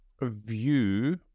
view